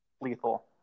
lethal